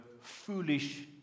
foolish